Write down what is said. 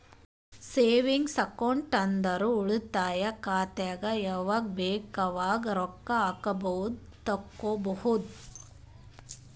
savings account ಅಂದುರ್ ಉಳಿತಾಯ ಖಾತೆದಾಗ್ ಯಾವಗ್ ಬೇಕ್ ಅವಾಗ್ ರೊಕ್ಕಾ ಹಾಕ್ಬೋದು ತೆಕ್ಕೊಬೋದು